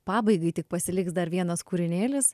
pabaigai tik pasiliks dar vienas kūrinėlis